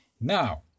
now